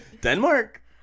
Denmark